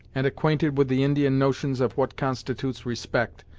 and acquainted with the indian notions of what constitutes respect,